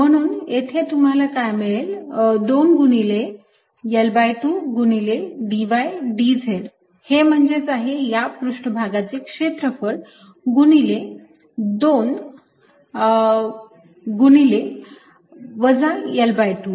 म्हणून येथे तुम्हाला काय मिळेल 2 गुणिले L2 गुणिले dy dz हे म्हणजेच आहे या पृष्ठभागाचे क्षेत्रफळ अधिक 2 गुणिले वजा L2